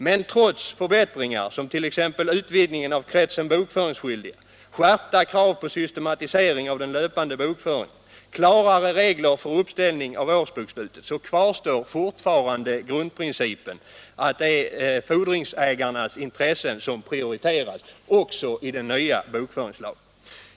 Men trots förbättringar, som t.ex. utvidgningen av kretsen bokföringsskyldiga, skärpta krav på systematisering av den löpande bokföringen, klarare regler för uppställning av årsbokslut, kvarstår fortfarande grundprincipen att det är fordringsägarnas intressen som prioriteras också i den nya bokföringslagen.